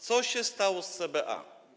Co się stało z CBA?